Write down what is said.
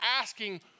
asking